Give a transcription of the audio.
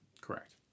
Correct